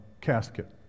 casket